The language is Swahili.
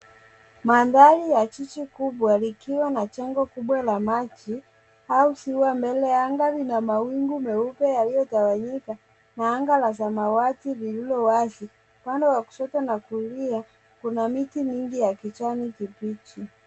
Mandhari ya jiji kubwa likiwa na jengo kubwa la maji au ziwa mbele. Anga lina mawingu meupe yaliyotawanyika na anga la samawati lililowazi. Upande wa kushoto na kulia, kuna miti mingi ya kijani kibichi.